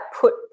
put